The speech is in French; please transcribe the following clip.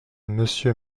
monsieur